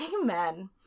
Amen